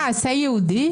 זה מעשה יהודי?